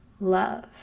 love